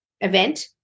event